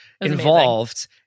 involved